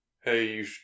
hey